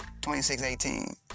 26-18